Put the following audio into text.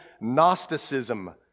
Gnosticism